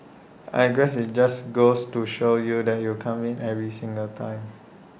I guess IT just goes to show you that you can't win every single time